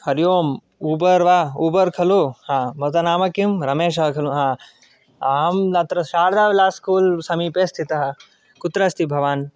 हरिः ओम् ऊबर् वा ऊबर् खलु हा भवतः नाम किं रमेशः खलु हा अहम् अत्र शारदाविलास्स्कूल्समीपे स्थितः कुत्र अस्ति भवान्